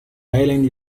island